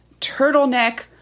turtleneck